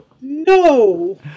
No